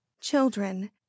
children